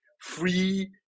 free